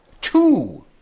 two